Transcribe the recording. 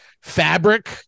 fabric